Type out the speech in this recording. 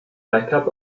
backup